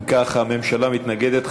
אם כך, הממשלה מתנגדת.